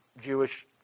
Jewish